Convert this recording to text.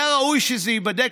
היה ראוי שזה ייבדק.